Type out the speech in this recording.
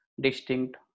distinct